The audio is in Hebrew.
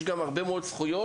יש גם הרבה מאוד זכויות,